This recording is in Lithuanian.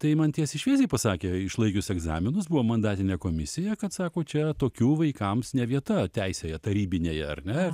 tai man tiesiai šviesiai pasakė išlaikius egzaminus buvo mandatinė komisija kad sako čia tokių vaikams ne vieta teisėje tarybinėje ar ne